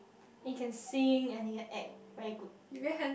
he can sing and he can act very good